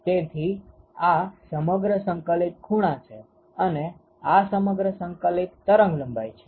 તેથી આ સમગ્ર સંકલિત ખૂણા છે અને આ સમગ્ર સંકલિત તરંગલંબાઈ છે